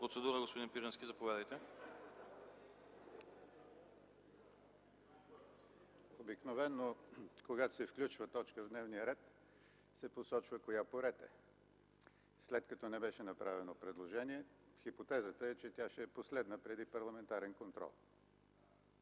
ще имаме възможност да я обсъдим. Обикновено, когато се включва точка в дневния ред, се посочва коя по ред е. След като не беше направено предложение, хипотезата е, че тя ще е последна – преди Парламентарен контрол.